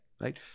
right